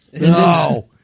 No